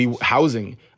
housing